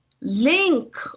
link